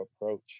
approach